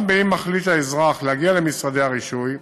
גם אם מחליט האזרח להגיע למשרדי הרישוי,